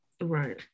right